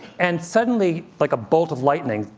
and suddenly, like a bolt of lightning,